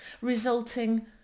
resulting